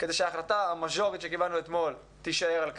כדי שההחלטה המז'ורית שקיבלנו אתמול בתקווה תישאר על כנה.